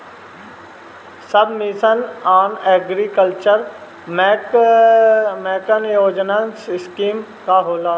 सब mission on agriculture mechanization scheme का होला?